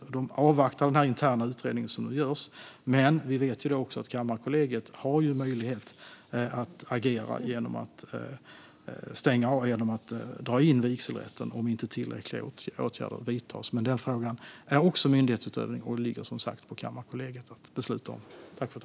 Man avvaktar den interna utredning som görs, men vi vet att Kammarkollegiet har möjlighet att agera genom att dra in vigselrätten om inte tillräckliga åtgärder vidtas. Den frågan innebär dock myndighetsutövning, och det ligger som sagt på Kammarkollegiet att besluta om det.